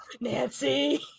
Nancy